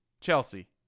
Chelsea